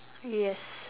yes